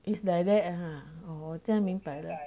is like that ah 哦真明白了